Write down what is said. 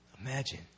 Imagine